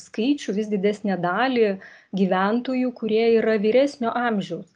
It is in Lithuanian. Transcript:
skaičių vis didesnę dalį gyventojų kurie yra vyresnio amžiaus